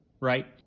right